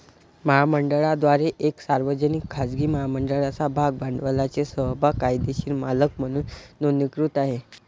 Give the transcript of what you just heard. महामंडळाद्वारे एक सार्वजनिक, खाजगी महामंडळाच्या भाग भांडवलाचे समभाग कायदेशीर मालक म्हणून नोंदणीकृत आहे